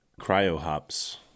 cryo-hops